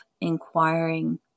inquiring